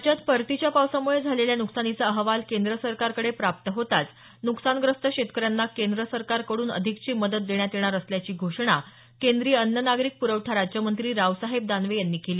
राज्यात परतीच्या पावसामुळे झालेल्या नुकसानीचा अहवाल केंद्र सरकारकडे प्राप्त होताच नुकसानग्रस्त शेतकऱ्यांना केंद्र सरकारकडून अधिकची मदत देण्यात येणार असल्याची घोषणा केंद्रीय अन्न नागरिक प्रवठा राज्यमंत्री रावसाहेब दानवे यांनी केली